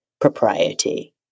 propriety